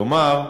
כלומר,